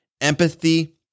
empathy